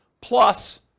plus